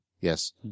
Yes